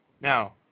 Now